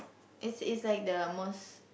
it's it's like the most